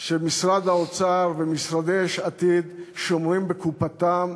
שמשרד האוצר ומשרדי יש עתיד שומרים בקופתם,